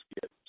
get